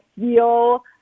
feel